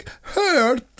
hurt